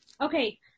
Okay